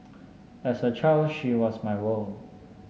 as a child she was my world